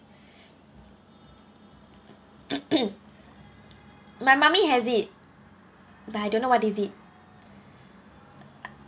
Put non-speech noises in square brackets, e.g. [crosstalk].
[coughs] my mummy has it but I don't know what is it